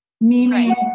Meaning